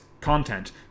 content